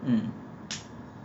mm